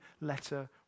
letter